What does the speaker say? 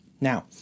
Now